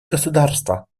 государства